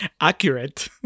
Accurate